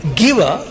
giver